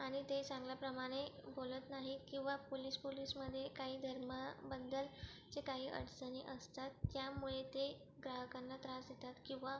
आणि ते चांगल्याप्रमाणे बोलत नाहीत किंवा पुलिस पुलिसमध्ये काही धर्माबद्दल चे काही अडचणी असतात त्यामुळे ते ग्राहकांना त्रास देतात किंवा